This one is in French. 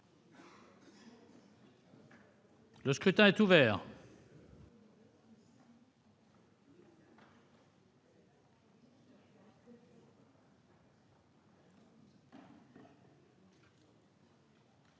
Le scrutin est ouvert.